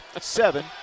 Seven